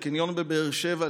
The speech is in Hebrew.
בקניון בבאר שבע,